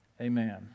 amen